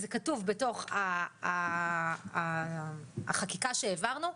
זה כתוב בתוך החקיקה שהעברנו.